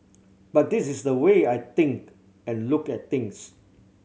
but this is the way I think and look at things